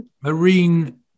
marine